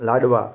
લાડવા